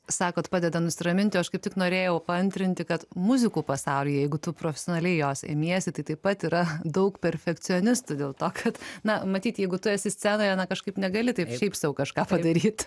sakot padeda nusiraminti o aš kaip tik norėjau paantrinti kad muzikų pasaulyje jeigu tu profesionaliai jos imiesi tai taip pat yra daug perfekcionistų dėl to kad na matyt jeigu tu esi scenoje na kažkaip negali taip šiaip sau kažką padaryt